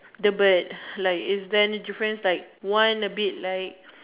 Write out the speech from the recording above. the bird like is there any difference like one a bit like